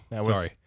Sorry